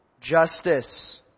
justice